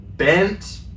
bent